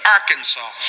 Arkansas